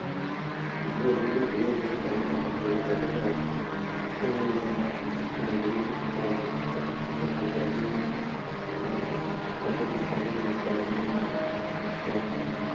जियां जियां जियां जियां टैम अग्गे अग्गें बधदा जा दा उ'आं उ'आं गै वुमन जेह्कियां ऐ अच्छी तरक्की करा दियां न कंधे कन्नै कंधा मलाइयै चला दियां न